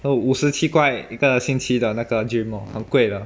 oh 五十七块一个星期的那个 gym lor 很贵的